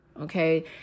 Okay